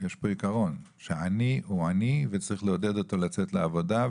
יש פה עיקרון שעני הוא עני וצריך לעודד אותו לצאת לעבודה,